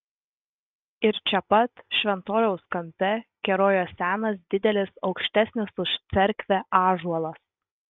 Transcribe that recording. ir čia pat šventoriaus kampe kerojo senas didelis aukštesnis už cerkvę ąžuolas